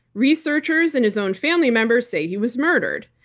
researchers and his own family members say he was murdered.